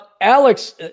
Alex